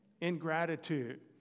ingratitude